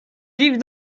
vivent